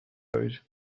road